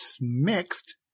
mixed